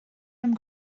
liom